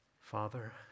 Father